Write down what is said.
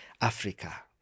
Africa